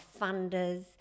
funders